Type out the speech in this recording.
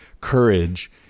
courage